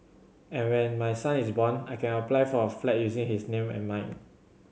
and when my son is born I can apply for a flat using his name and mine